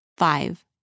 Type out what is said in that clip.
Five